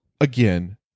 again